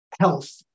health